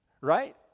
right